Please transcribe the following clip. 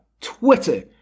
Twitter